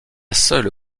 seule